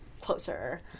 closer